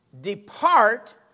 depart